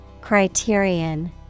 Criterion